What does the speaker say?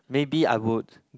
maybe I would